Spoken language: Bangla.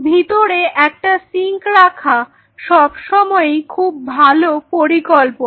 ভিতরে একটা সিঙ্ক রাখা সব সময়ই খুব ভালো পরিকল্পনা